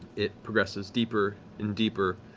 it progresses deeper and deeper